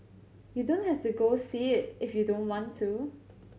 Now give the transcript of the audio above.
you don't have to go see it if you don't want to